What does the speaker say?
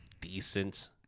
decent